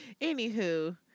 Anywho